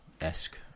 esque